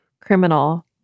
criminal